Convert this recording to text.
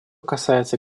касается